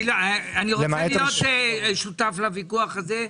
אני רוצה להיות שותף לוויכוח הזה.